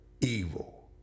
evil